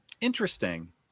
Interesting